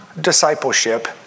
Discipleship